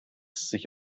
sich